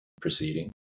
proceeding